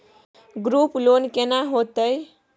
Group loan केना होतै?